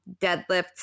deadlifts